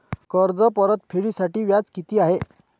कर्ज परतफेडीसाठी व्याज किती आहे?